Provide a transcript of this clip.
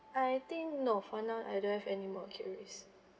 I think no for now I don't have anymore queries